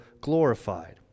glorified